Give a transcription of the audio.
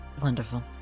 wonderful